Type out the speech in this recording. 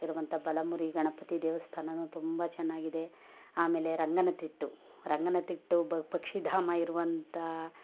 ಇರುವಂಥ ಬಲಮುರಿ ಗಣಪತಿ ದೇವಸ್ಥಾನವೂ ತುಂಬ ಚೆನ್ನಾಗಿದೆ ಆಮೇಲೆ ರಂಗನತಿಟ್ಟು ರಂಗನತಿಟ್ಟು ಬ್ ಪಕ್ಷಿಧಾಮ ಇರುವಂಥ